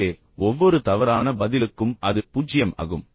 எனவே ஒவ்வொரு தவறான பதிலுக்கும் அது 0 ஆகும்